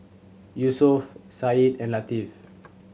Yusuf Said and Latif